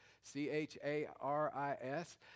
C-H-A-R-I-S